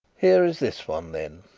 here is this one then.